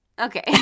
okay